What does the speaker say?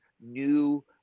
new